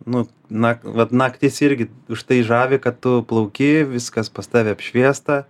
nu na vat naktis irgi už tai žavi kad tu plauki viskas pas tave apšviesta